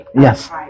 Yes